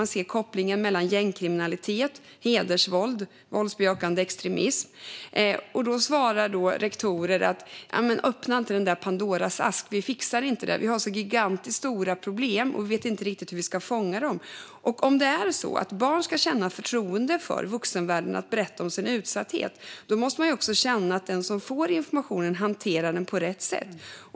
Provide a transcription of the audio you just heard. De ser kopplingen mellan gängkriminalitet, hedersvåld och våldsbejakande extremism. Då svarar rektorer: Öppna inte Pandoras ask. Vi fixar inte det. Vi har så gigantiskt stora problem, och vi vet inte riktigt hur vi ska fånga dem. Om det är så att barn ska känna förtroende för vuxenvärlden för att berätta om sin utsatthet måste de också känna att den som får informationen hanterar den på rätt sätt.